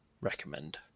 recommend